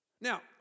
Now